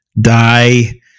die